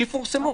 שייפורסמו.